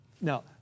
Now